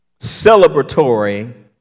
celebratory